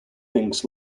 thinks